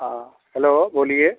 हाँ हैलो बोलिए